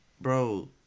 Bro